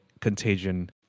contagion